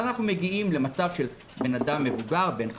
אנחנו מגיעים למצב של אדם מבוגר בן 15,